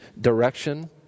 Direction